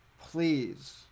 please